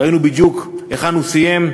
ראינו בדיוק היכן הוא סיים.